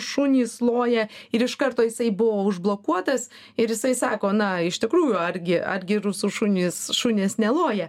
šunys loja ir iš karto jisai buvo užblokuotas ir jisai sako na iš tikrųjų argi argi rusų šunys šunys neloja